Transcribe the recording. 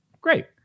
Great